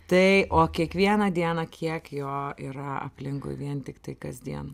tai o kiekvieną dieną kiek jo yra aplinkui vien tiktai kasdien